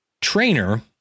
trainer